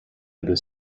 other